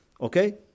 okay